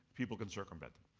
people can circumvent them.